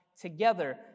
together